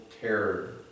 terror